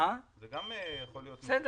זה גם יכול להיות מקור להדבקה.